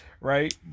right